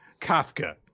Kafka